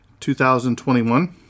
2021